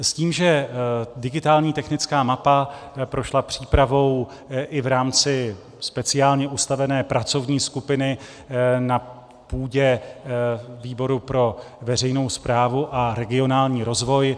S tím, že digitální technická mapa prošla přípravou i v rámci speciálně ustavené pracovní skupiny na půdě výboru pro veřejnou správu a regionální rozvoj.